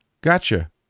Gotcha